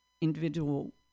Individual